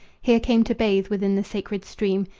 here came to bathe within the sacred stream,